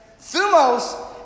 Thumos